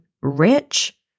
rich